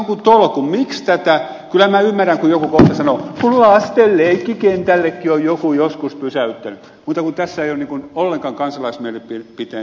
kyllä ymmärrän kun joku kohta sanoo että kun lasten leikkikentällekin on joku joskus pysäyttänyt mutta kun tässä ei ole ollenkaan kansalaismielipiteen tukea takana